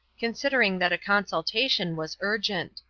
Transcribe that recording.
considering that a consultation was urgent.